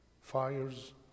fires